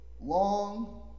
long